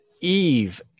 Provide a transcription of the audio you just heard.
Eve